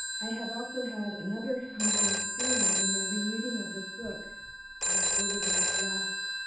i have also had another humbling experience in my re-reading of this book and over the last